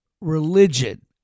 religion